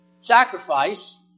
sacrifice